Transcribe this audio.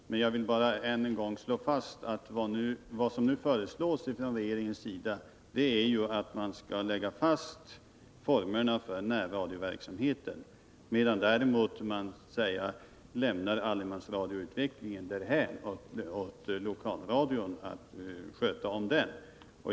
Fru talman! Vi återkommer till den frågan om ungefär en månad. Jag vill bara än en gång slå fast att vad som nu föreslås från regeringens sida är att man skall lägga fast formerna för närradioverksamheten. Däremot lämnar man utvecklingen när det gäller allemansradion därhän; den får lokalradion sköta om.